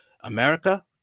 America